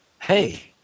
Hey